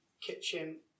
kitchen